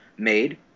made